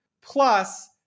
plus